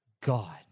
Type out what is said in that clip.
God